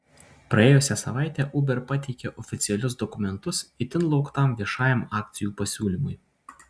praėjusią savaitę uber pateikė oficialius dokumentus itin lauktam viešajam akcijų pasiūlymui